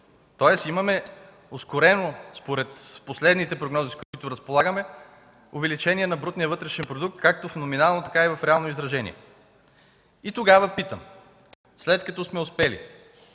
Тоест имаме ускорено според последните прогнози, с които разполагаме, увеличение на брутния вътрешен продукт както в номинално, така и в реално изражение. Тогава питам: след като сме успели